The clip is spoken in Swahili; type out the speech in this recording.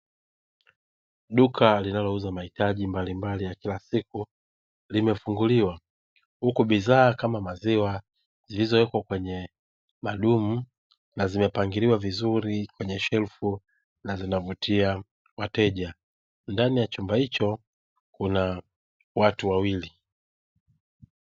Duka linalouza mahitaji mbalimbali ya kila siku limefunguliwa huku bidhaa kama maziwa zilizowekwa kwenye madumu na zimepangiliwa vizuri kwenye shelfu na zinavutia wateja; ndani ya chumba hicho kuna watu wawili.